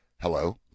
hello